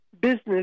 business